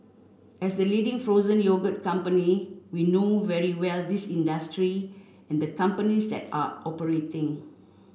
as the leading frozen yogurt company we know very well this industry and the companies that are operating